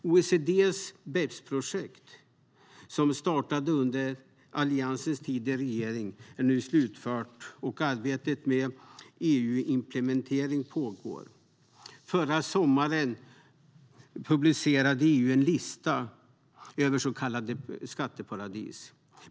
OECD:s BEPS-projekt, som startade under Alliansens tid i regering, är nu slutfört, och arbetet med EU-implementering pågår. Förra sommaren publicerade EU en lista över så kallade skatteparadis.